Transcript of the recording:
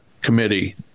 committee